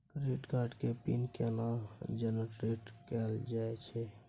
Credit card के PIN केना generate कैल जाए छै?